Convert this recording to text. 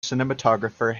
cinematographer